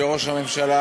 שראש הממשלה